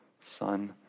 Son